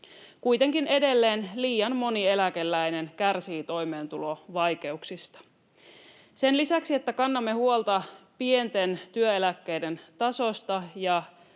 Kuitenkin edelleen liian moni eläkeläinen kärsii toimeentulovaikeuksista. Sen lisäksi, että kannamme huolta pienten työeläkkeiden tasosta ja